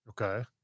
Okay